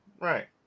right